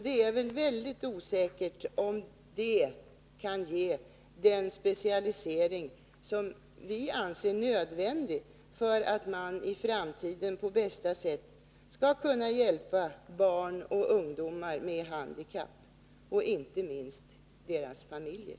Det är väl mycket osäkert om det kan ge den specialisering som vi anser nödvändig för att man i framtiden på bästa sätt skall kunna hjälpa barn och ungdomar med handikapp och inte minst deras familjer.